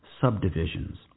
subdivisions